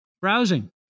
browsing